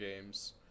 games